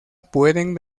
pueden